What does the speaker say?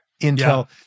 Intel